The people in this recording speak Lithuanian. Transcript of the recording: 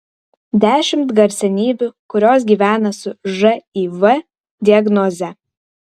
dešimt garsenybių kurios gyvena su živ diagnoze